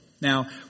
Now